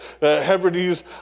Hebrides